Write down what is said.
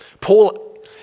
Paul